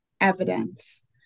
evidence